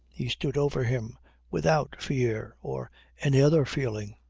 he stood over him without fear or any other feeling,